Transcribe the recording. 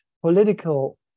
political